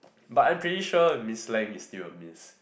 but I'm pretty sure Miss Lam is still a miss